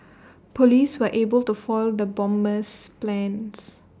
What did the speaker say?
Police were able to foil the bomber's plans